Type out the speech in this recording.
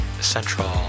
central